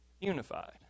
unified